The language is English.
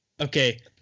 Okay